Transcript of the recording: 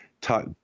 talk –